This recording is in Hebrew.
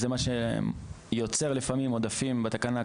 זה מה שיוצר לפעמים עודפים בתקנה.